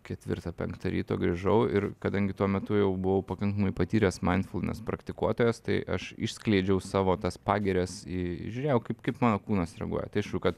ketvirtą penktą ryto grįžau ir kadangi tuo metu jau buvau pakankamai patyręs mainfulnes praktikuotojas tai aš išskleidžiau savo tas pagirias į žiūrėjau kaip kaip mano kūnas reaguoja tai aišku kad